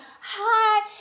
hi